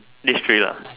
these three lah